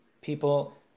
people